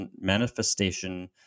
manifestation